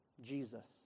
Jesus